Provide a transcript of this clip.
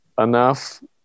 enough